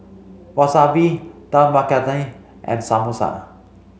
Wasabi Dal Makhani and Samosa